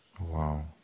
Wow